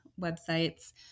websites